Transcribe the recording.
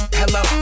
hello